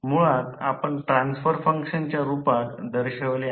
मुळात आपण ट्रान्सफर फंक्शनच्या रूपात दर्शवले आहे